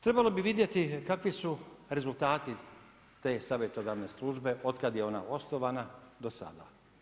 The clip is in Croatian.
Trebalo bi vidjeti kakvi su rezultati te savjetodavne službe, od kada je ona osnovana do sada.